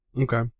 Okay